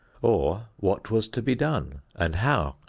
or, what was to be done and how?